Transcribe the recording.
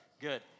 good